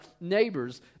neighbors